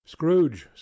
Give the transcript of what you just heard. Scrooge